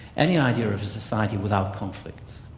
any idea of a society without conflict,